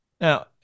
Now